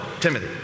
Timothy